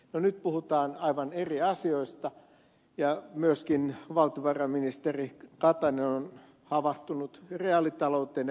no nyt puhutaan aivan eri asioista ja myöskin valtiovarainministeri katainen on havahtunut reaalitalouteen ja realismiin